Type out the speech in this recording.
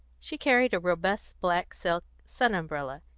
she carried a robust black silk sun-umbrella,